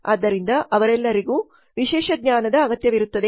ಆದ್ದರಿಂದ ಅವರೆಲ್ಲರಿಗೂ ವಿಶೇಷ ಜ್ಞಾನದ ಅಗತ್ಯವಿರುತ್ತದೆ